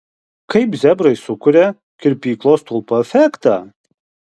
kaip zebrai sukuria kirpyklos stulpo efektą